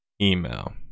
email